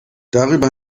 darüber